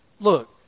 Look